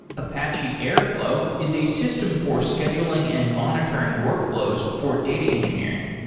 apache airflow is a system for scheduling and monitoring workflows for data engineering.